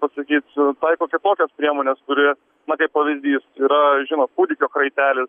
pasakyt taiko kitokias priemones kurie na kaip pavyzdys yra žinot kūdikio kraitelis